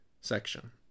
Section